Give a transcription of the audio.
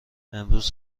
امروز